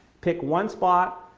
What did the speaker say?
pick one spot,